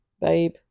babe